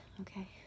okay